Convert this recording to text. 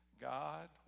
God